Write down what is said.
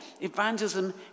evangelism